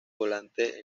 volante